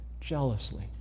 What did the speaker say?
jealously